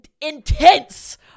intense